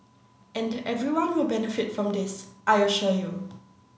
and everyone will benefit from this I assure you